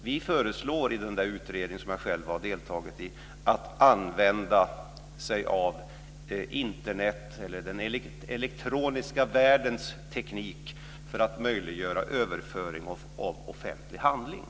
Vi föreslår i utredningen, som jag själv har deltagit i, att man använder sig av Internet, den elektroniska världens teknik, för att möjliggöra överföring av offentlig handling.